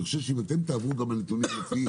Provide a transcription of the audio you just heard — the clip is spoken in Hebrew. אני חושב שאם אתם תעברו על הנתונים לפי